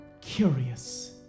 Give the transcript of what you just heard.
Curious